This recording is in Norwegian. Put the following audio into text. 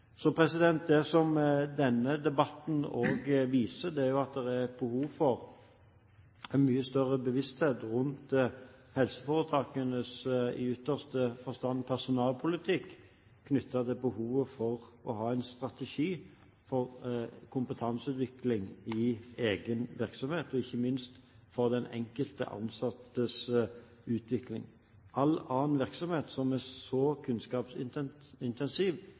Det som denne debatten også viser, er at det er behov for en mye større bevissthet rundt helseforetakenes i ytterste forstand personalpolitikk knyttet til behovet for å ha en strategi for kompetanseutvikling i egen virksomhet og ikke minst for den enkelte ansattes utvikling. All annen virksomhet som er så